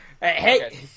hey